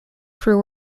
crew